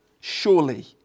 Surely